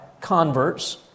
converts